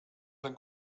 sein